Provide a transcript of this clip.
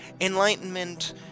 Enlightenment